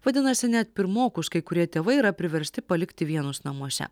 vadinasi net pirmokus kai kurie tėvai yra priversti palikti vienus namuose